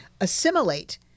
assimilate